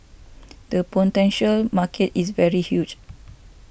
the potential market is very huge